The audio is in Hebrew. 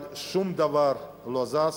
אבל שום דבר לא זז.